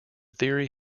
theory